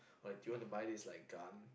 like do you wanna buy this like gun